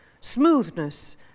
smoothness